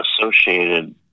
Associated